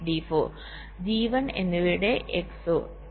D4 D1 എന്നിവയുടെ XOR